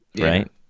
Right